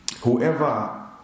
whoever